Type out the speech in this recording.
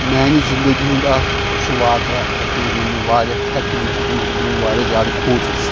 میٛانہِ زِندٕگی ہُنٛد اَکھ سُہ واقع یَتھ منٛز وَنہٕ مےٚ واریاہ تھرٛٹنِنٛگ چھِ گٔمٕژ یَتھ منٛز بہٕ واریاہ زیادٕ کھوٗژُس